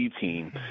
team